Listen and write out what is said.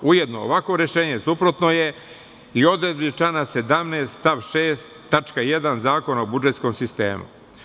Ujedno, ovakvo rešenje, suprotno je i odredbi člana 17. stav 6. tačka 1. Zakona o budžetskom sistemu.